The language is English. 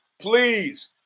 Please